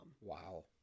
Wow